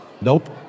Nope